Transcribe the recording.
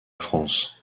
france